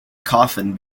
coffin